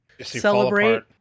celebrate